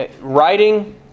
writing